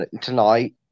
tonight